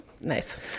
Nice